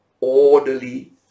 orderly